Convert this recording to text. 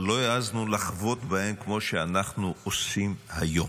לא העזנו לחבוט בהם כמו שאנחנו עושים היום.